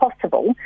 possible